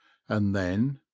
and then,